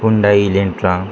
Hyundai Lantra